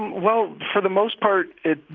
well, for the most part it,